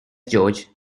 george